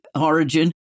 origin